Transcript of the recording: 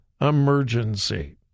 emergency